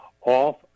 off